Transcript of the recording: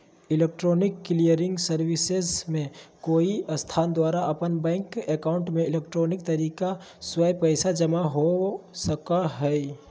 electronic clearing services में कोई संस्थान द्वारा अपन बैंक एकाउंट में इलेक्ट्रॉनिक तरीका स्व पैसा जमा हो सका हइ